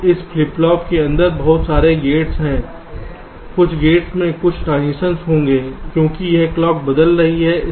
तो इस flip flop के अंदर बहुत सारे गेट्स हैं कुछ गेट्स में कुछ ट्रांजिशन होंगे क्योंकि यह क्लॉक बदल रही है